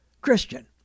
Christian